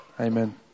Amen